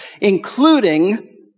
including